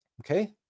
Okay